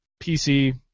PC